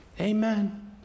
amen